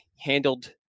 handled